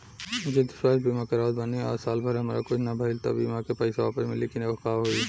जदि स्वास्थ्य बीमा करावत बानी आ साल भर हमरा कुछ ना भइल त बीमा के पईसा वापस मिली की का होई?